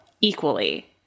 equally